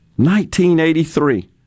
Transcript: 1983